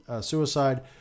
suicide